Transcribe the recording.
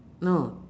no